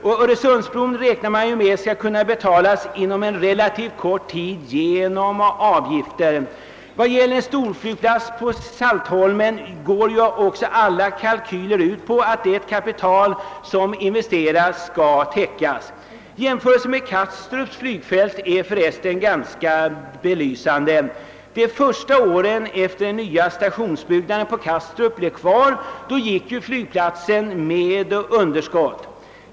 Man räknar med att öresundsbron skall kunna betalas inom en relativt kort tid genom avgifter. Beträffande en storflygplats på Saltholm går också alla kalkyler ut på att det kapital som investeras skall täckas. En jämförelse med Kastrups flygfält är ganska belysande. De första åren efter det de nya stationsbyggnaderna på Kastrup blev klara gick flygplatsen med underskott.